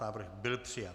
Návrh byl přijat.